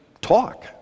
talk